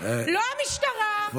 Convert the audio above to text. לא המשטרה, לא הצבא.